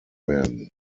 werden